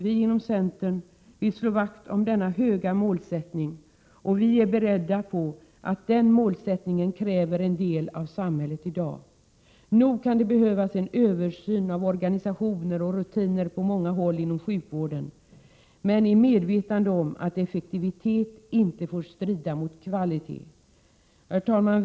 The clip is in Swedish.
Vi inom centern vill slå vakt om denna höga målsättning, och vi är beredda på att den målsättningen kräver en del av samhället i dag. Nog kan det behövas en översyn av organisationer och rutiner på många håll inom sjukvården — men i medvetande om att effektivitet inte får strida mot kvalitet. Herr talman!